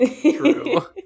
true